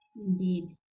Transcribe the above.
Indeed